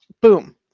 boom